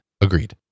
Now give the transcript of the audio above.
Agreed